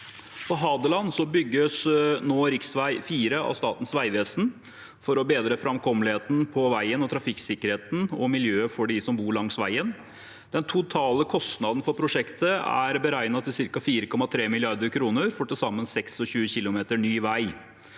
På Hadeland bygges nå rv. 4 av Statens vegvesen for å bedre framkommeligheten på veien og trafikksikkerheten og miljøet for dem som bor langs veien. Den totale kostnaden for prosjektet er beregnet til ca. 4,3 mrd. kr for til sammen 26 kilometer ny vei.